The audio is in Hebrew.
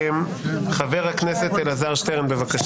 חבר הכנסת אלעזר שטרן, בבקשה.